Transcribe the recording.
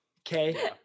okay